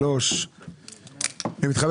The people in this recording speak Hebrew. היום יום רביעי כ"ו באייר התשפ"ג 17 למאי 2023. אני מתכבד